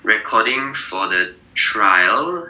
recording for the trial